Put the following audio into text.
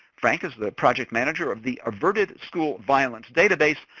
frank is the project manager of the averted school violence database,